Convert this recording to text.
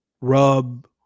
rub